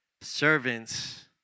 Servants